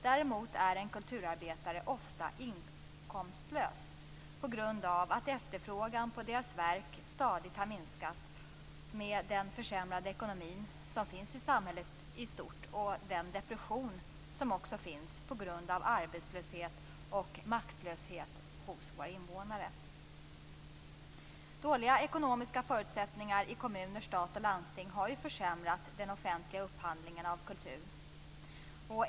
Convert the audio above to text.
Däremot är en kulturarbetare ofta inkomstlös på grund av att efterfrågan på hans eller hennes verk stadigt har minskat med den försämrade ekonomi som finns i samhället i stort och den depression som också finns på grund av arbetslöshet och maktlöshet hos våra invånare. Dåliga ekonomiska förutsättningar i kommuner, stat och landsting har ju försämrat den offentliga upphandlingen av kultur.